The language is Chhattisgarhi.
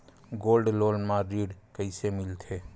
गोल्ड लोन म ऋण कइसे मिलथे?